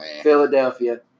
Philadelphia